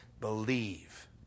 believe